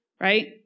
Right